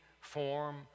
form